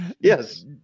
Yes